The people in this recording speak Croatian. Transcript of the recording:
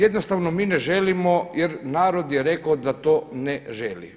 Jednostavno mi ne želimo jer narod je rekao da to ne želi.